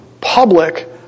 public